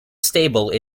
stable